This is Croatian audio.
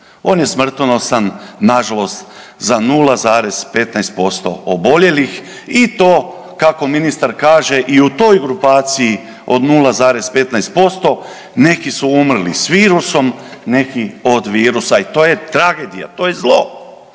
On je smrtonosan, nažalost za 0,15% oboljelih i to kako ministar kaže, i u toj grupaciji od 0,15% neki su umrli s virusom, neki od virusa i to je tragedija, to je zlo,